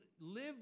Live